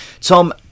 Tom